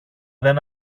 δεν